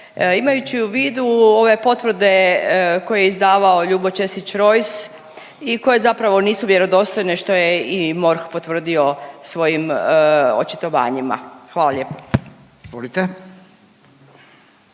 imajući u vidu ove potvrde koje je izdavao Ljubo Ćesić Rojs i koje zapravo nisu vjerodostojne, što je i MORH potvrdio svojim očitovanjima? Hvala lijepo.